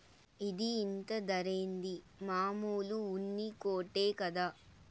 ఇది ఇంత ధరేంది, మామూలు ఉన్ని కోటే కదా